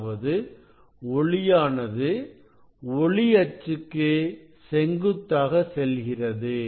அதாவது ஒளியானது ஒளி அச்சுக்கு செங்குத்தாக செல்கிறது